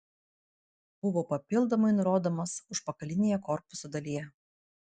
buvo papildomai nurodomas užpakalinėje korpuso dalyje